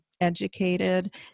Educated